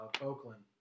Oakland